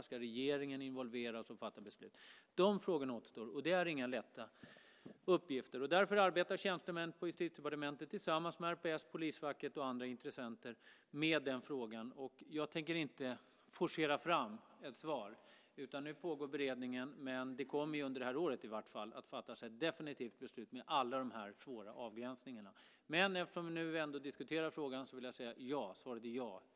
Ska regeringen involveras och fatta beslut? De frågorna återstår. Det är inga lätta uppgifter. Därför arbetar tjänstemän på Justitiedepartementet tillsammans med RPS, polisfacket och andra intressenter med den frågan. Jag tänker inte forcera fram ett svar. Beredningen pågår. Under det här året kommer det att fattas ett definitivt beslut med alla de här svåra avgränsningarna. Eftersom vi nu diskuterar frågan, vill jag säga: Svaret är ja.